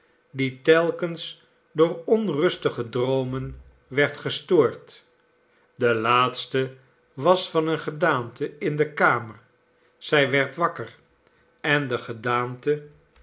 die telkens door onrustige droomen werd gestoord de laatste was van eene gedaante in de kamer zy werd wakker en de gedaante